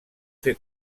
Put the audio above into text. fer